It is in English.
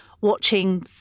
watching